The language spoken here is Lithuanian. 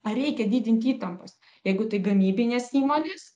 ar reikia didinti įtampas jeigu tai gamybinės įmonės